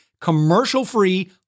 commercial-free